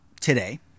today